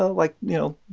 ah like, you know,